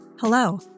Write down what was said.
Hello